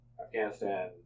Afghanistan